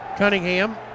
Cunningham